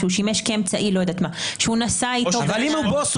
ששימש כאמצעי- -- אבל אם הוא בוס,